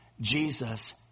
Jesus